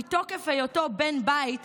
מתוקף היותו בן בית,